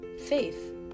faith